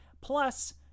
Plus